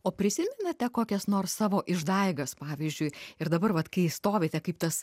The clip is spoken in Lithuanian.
o prisimenate kokias nors savo išdaigas pavyzdžiui ir dabar vat kai stovite kaip tas